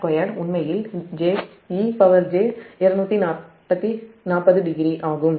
β2உண்மையில் ej240டிகிரி ஆகும்